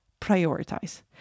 Prioritize